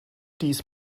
dies